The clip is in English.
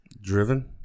Driven